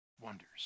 Wonders